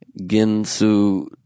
Ginsu